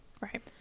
Right